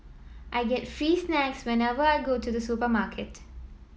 I get free snacks whenever I go to the supermarket